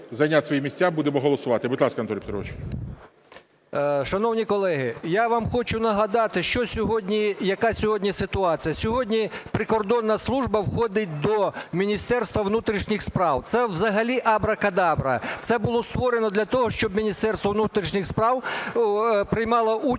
Шановні колеги, я вам хочу нагадати, що сьогодні, яка сьогодні ситуація. Сьогодні прикордонна служба входить до Міністерства внутрішніх справ. Це взагалі абракадабра. Це було створено для того, щоб Міністерство внутрішніх справ приймало участь